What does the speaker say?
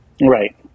right